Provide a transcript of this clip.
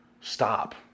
Stop